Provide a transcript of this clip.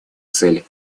цель